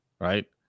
right